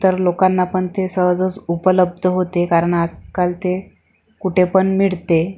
इतर लोकांना पण ते सहजच उपलब्ध होते कारण आजकाल ते कुठेपण मिळते